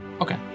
Okay